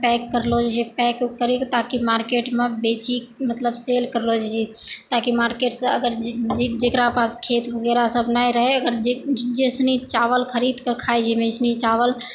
pack करलो जाइ छै पैक करी कऽ बाँकी मार्केटमे बेची मतलब सेल करलो जाइ छै किये कि मार्केट सऽ अगर जेकरा पास खेतमे वगेरह सब नहि रहै जे किछु जैसनी चावल खरीद कऽ खाइ छै जैसनी चावल